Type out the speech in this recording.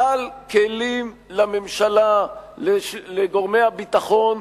סל כלים לממשלה, לגורמי הביטחון,